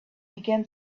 began